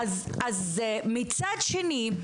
מצד שני,